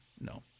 no